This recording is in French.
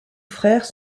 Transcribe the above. frère